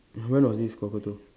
when was this cockatoo